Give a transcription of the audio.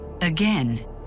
Again